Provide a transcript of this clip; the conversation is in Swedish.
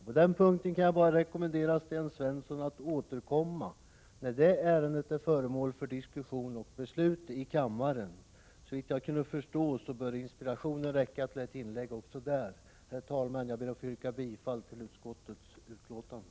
På den punkten kan jag bara rekommendera honom att återkomma när det ärendet blir föremål för diskussion och beslut i kammaren. Såvitt jag kan förstå bör inspirationen räcka till ett inlägg också där. Herr talman! Jag ber att få yrka bifall till utskottets hemställan.